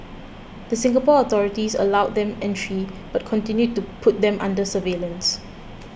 the Singapore authorities allowed them entry but continued to put them under surveillance